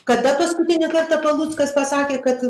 kada paskutinį kartą paluckas pasakė kad